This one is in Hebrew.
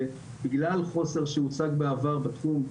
בגלל חוסר שהוצג בעבר בתחום,